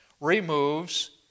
removes